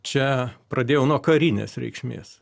čia pradėjau nuo karinės reikšmės